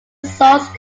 source